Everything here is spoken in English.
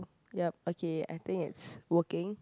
yup okay I think it's working